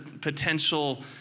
potential